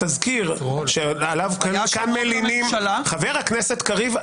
התזכיר שעליו כאן מלינים ------ חבר הכנסת קריב,